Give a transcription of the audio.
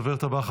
הדוברת הבאה,